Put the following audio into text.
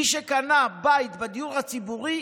מי שקנה בית בדיור הציבורי,